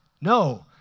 No